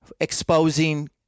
exposing